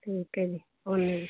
ਠੀਕ ਹੈ ਜੀ ਆਉਂਦੇ ਹਾਂ ਜੀ